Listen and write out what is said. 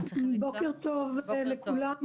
בוקר טוב לכולם.